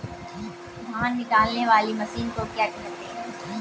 धान निकालने वाली मशीन को क्या कहते हैं?